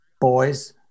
boys